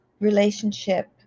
relationship